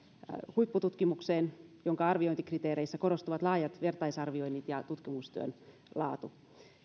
huippututkimukseen jonka arviointikriteereissä korostuvat laajat vertaisarvioinnit ja tutkimustyön laatu